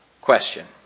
question